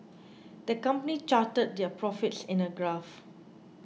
the company charted their profits in a graph